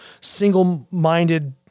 single-minded